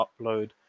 upload